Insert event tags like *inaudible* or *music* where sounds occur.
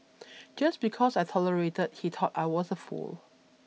*noise* just because I tolerated he thought I was a fool